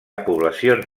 poblacions